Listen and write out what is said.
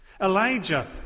Elijah